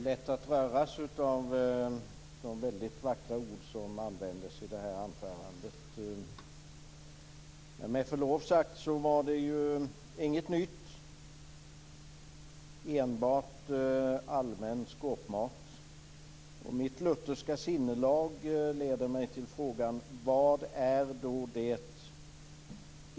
Fru talman! Det är lätt att röras av de vackra ord som användes i det här anförandet. Med förlov sagt var det inget nytt utan enbart allmän skåpmat. Mitt lutherska sinnelag leder mig till frågorna: Vad är detta?